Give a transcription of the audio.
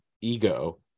ego